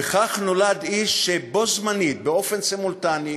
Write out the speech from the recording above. וכך נולד איש שבו בזמן, באופן סימולטני,